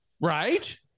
Right